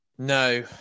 No